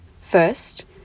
First